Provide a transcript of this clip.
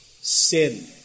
sin